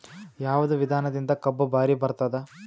ಯಾವದ ವಿಧಾನದಿಂದ ಕಬ್ಬು ಭಾರಿ ಬರತ್ತಾದ?